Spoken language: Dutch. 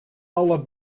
alle